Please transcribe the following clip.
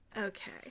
Okay